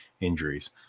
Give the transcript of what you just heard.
injuries